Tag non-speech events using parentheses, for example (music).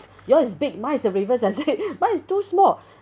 yours is big mine is the reverse I said (laughs) mine is too small